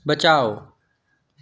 बचाओ